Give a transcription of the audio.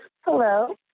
Hello